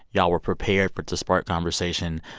y'all were prepared for it to spark conversation.